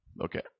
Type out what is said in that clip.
Okay